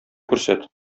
күрсәт